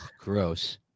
gross